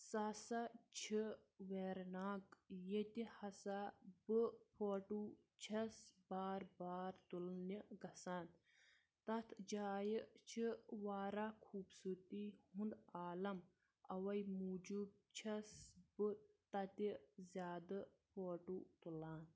سَہ ہَسا چھِ ویرناگ ییٚتہِ ہَسا بہٕ فوٹو چھس بار بار تُلنہِ گژھان تَتھ جایہِ چھِ واریاہ خوٗبصوٗرتی ہُنٛد عالَم اَوَے موٗجوٗب چھس بہٕ تَتہِ زیادٕ فوٹو تُلان